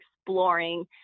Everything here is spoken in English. exploring